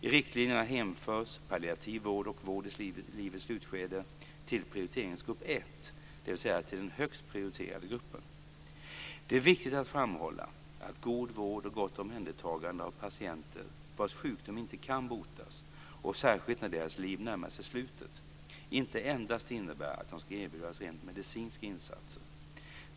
I riktlinjerna hänförs palliativ vård och vård i livets slutskede till prioriteringsgrupp I, dvs. till den högst prioriterade gruppen. Det är viktigt att framhålla att god vård och gott omhändertagande av patienter vars sjukdom inte kan botas, och särskilt när deras liv närmar sig slutet, inte endast innebär att de ska erbjudas rent medicinska insatser.